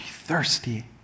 thirsty